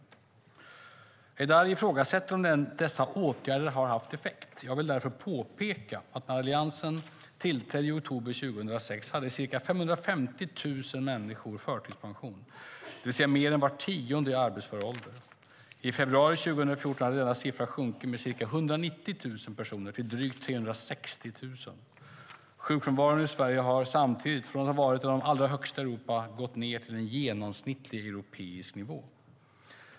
Shadiye Heydari ifrågasätter om dessa åtgärder haft effekt. Jag vill därför peka på att när Alliansen tillträdde i oktober 2006 hade ca 550 000 människor en förtidspension, det vill säga mer än var tionde i arbetsför ålder. I februari 2014 hade denna siffra sjunkit med ca 190 000 personer till drygt 360 000. Sjukfrånvaron i Sverige har samtidigt från att ha varit en av de högsta i Europa gått ned till en genomsnittlig europeisk nivå.